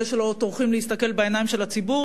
אלה שלא טורחים להסתכל בעיניים של הציבור